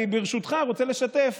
ברשותך, אני רוצה לשתף